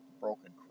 Broken